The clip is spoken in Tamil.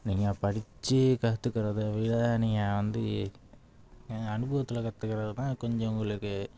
நீங்கள் படிச்சுக் கற்றுக்கறத விட நீங்கள் வந்து அனுபவத்தில் கற்றுக்கறது தான் கொஞ்சம் உங்களுக்கு